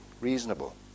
reasonable